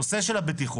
נושא של הבטיחות.